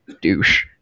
douche